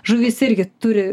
žuvys irgi turi